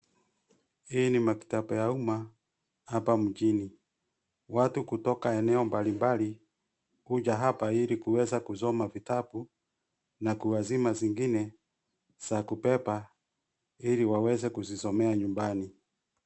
Hii ni maktaba ya umma hapa mjini, watu kutoka eneo mbalimbali huja hapa ili kuweza kusoma vitabu na kuazima zingine za kubeba ili waweze kuzisomea nyumbani.